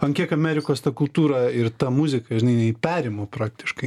ant kiek amerikos ta kultūra ir ta muzika žinai jinai perima praktiškai